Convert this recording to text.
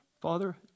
Father